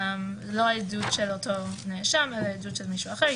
לא עדות של אותו נאשם אלא של מישהו אחר.